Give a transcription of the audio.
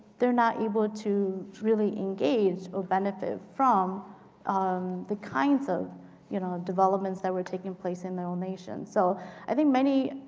they're not able to really engage or benefit from um the kinds of you know developments that were taking place in their own nation. so i think many